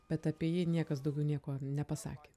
bet apie jį niekas daugiau nieko nepasakė